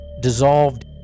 dissolved